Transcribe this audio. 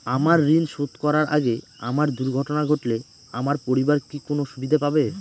আমার ঋণ শোধ করার আগে আমার দুর্ঘটনা ঘটলে আমার পরিবার কি কোনো সুবিধে পাবে?